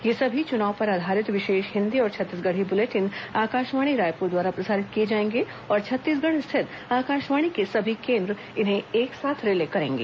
ये सभी चुनाव पर आधारित विशेष हिन्दी और छत्तीसगढ़ी बुलेटिन आकाशवाणी रायपुर द्वारा प्रसारित किए जाएंगे और छत्तीसगढ़ स्थित आकाशवाणी के सभी केन्द्र इन्हें एक साथ रिले करेंगे